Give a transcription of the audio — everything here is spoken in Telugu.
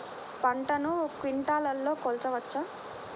పంటను క్వింటాల్లలో కొలవచ్చా?